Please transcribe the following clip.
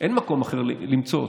אין מקום אחר למצוא אותו.